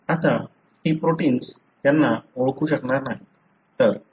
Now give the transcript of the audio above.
आता ही प्रोटिन्स त्यांना ओळखू शकणार नाहीत